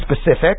specific